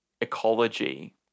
ecology